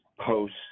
post